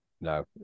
no